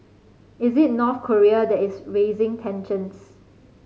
is it North Korea that is raising tensions